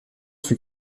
fut